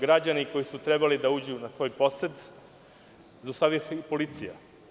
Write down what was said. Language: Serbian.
Građane koji su trebali da uđu na svoj posed zaustavila je policija.